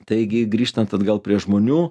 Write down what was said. taigi grįžtant atgal prie žmonių